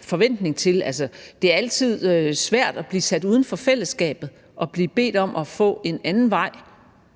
forventning om. Det er altid svært at blive sat uden for fællesskabet og blive bedt om at gå en anden vej